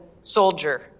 soldier